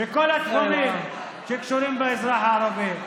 בכל התחומים שקשורים באזרח הערבי.